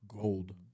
gold